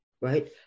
right